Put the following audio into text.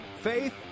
faith